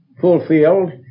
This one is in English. fulfilled